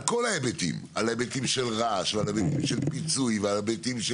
כול ההיבטים על היבטים של רעש ועל היבטים של פיצויי ועל היבטים של